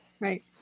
Right